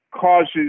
causes